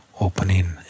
opening